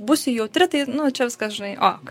būsiu jautri tai čia viskas žinai ok